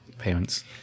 Payments